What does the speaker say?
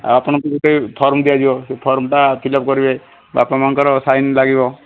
ଆପଣଙ୍କୁ ଗୋଟେ ଫର୍ମ୍ ଦିଆଯିବ ସେ ଫର୍ମ୍ଟା ଫିଲ୍ଅପ୍ କରିବେ ବାପା ମାଆଙ୍କର ସାଇନ୍ ଲାଗିବ